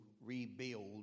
rebuild